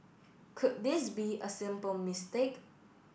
could this be a simple mistake